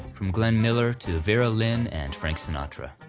from glenn miller to vera lynn and frank sinatra.